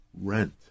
rent